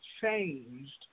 changed